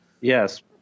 yes